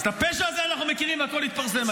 אז את הפשע הזה אנחנו מכירים והכול יתפרסם.